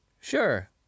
sure